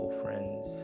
friends